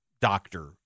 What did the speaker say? doctor